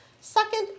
Second